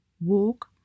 Walk